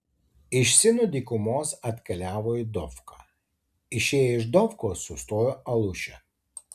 iš sino dykumos atkeliavo į dofką išėję iš dofkos sustojo aluše